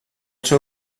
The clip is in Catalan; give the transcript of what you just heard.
seu